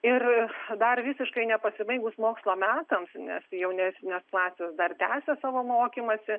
ir dar visiškai nepasibaigus mokslo metams nes jaunesnės klasės dar tęsia savo mokymąsi